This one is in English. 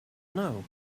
know